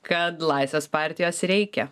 kad laisvės partijos reikia